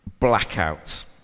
blackouts